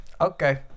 Okay